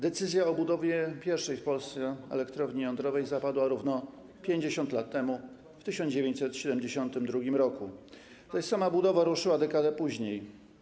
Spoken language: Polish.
Decyzja o budowie pierwszej w Polsce elektrowni jądrowej zapadła równo 50 lat temu, w 1972 r., zaś sama budowa ruszyła dekadę później.